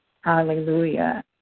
Hallelujah